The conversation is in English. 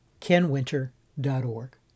kenwinter.org